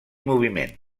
moviment